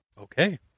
Okay